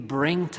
bring